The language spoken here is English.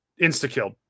insta-killed